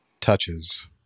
touches